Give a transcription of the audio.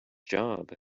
job